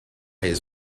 his